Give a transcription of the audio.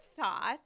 thoughts